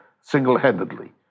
single-handedly